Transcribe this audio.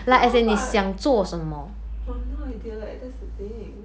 怎么办 I have no idea eh that's the thing